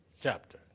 chapter